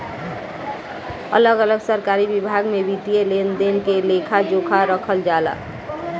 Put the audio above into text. अलग अलग सरकारी विभाग में वित्तीय लेन देन के लेखा जोखा रखल जाला